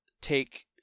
take